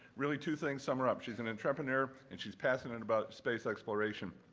really two things sum her up. she's an intrapreneur and she's passionate about space exploration.